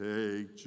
Take